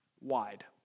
wide